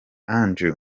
angel